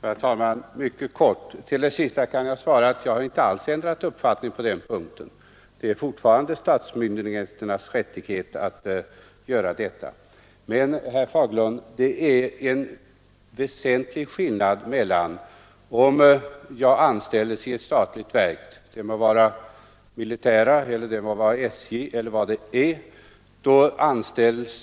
Herr talman! Till det sista vill jag mycket kort svara att jag alls inte ändrat uppfattning på den punkten. Det är fortfarande statsmakternas rätt att bestämma. Men det är en väsentlig skillnad mellan om jag anställes i ett statligt verk såsom det militära, SJ eller vad det nu är fråga om och om jag anställes i ett annat slags verk.